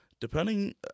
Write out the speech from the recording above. Depending